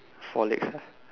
four legs lah